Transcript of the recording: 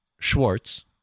Schwartz